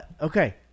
Okay